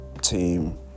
team